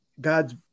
God's